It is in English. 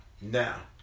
Now